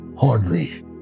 Hardly